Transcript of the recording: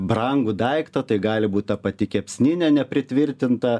brangų daiktą tai gali būt ta pati kepsninė nepritvirtinta